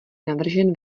navržen